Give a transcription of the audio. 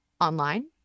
online